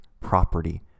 property